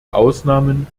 ausnahmen